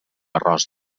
arròs